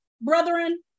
brethren